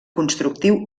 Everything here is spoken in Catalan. constructiu